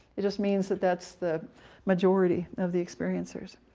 it just means that that's the majority of the experiencers.